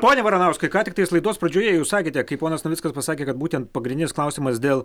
pone varanauskai ką tiktais laidos pradžioje jūs sakėte kai ponas navickas pasakė kad būtent pagrindinis klausimas dėl